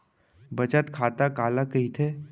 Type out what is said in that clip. बचत खाता काला कहिथे?